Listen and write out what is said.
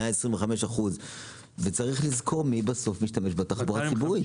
125%. צריך לזכור מי בסוף משתמש בתחבורה הציבורית.